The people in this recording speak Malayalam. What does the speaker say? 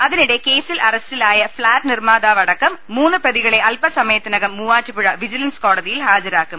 അതിനിടെ കേസിൽ അറസ്റ്റിലായ ഫ്ളാറ്റ് നിർമ്മാതാവ് അ ടക്കം മൂന്ന് പ്രതികളെ അല്പസമയത്തിനകം മൂവാറ്റുപുഴ വിജി ലൻസ് കോടതിയിൽ ഹാജരാക്കും